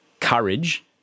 courage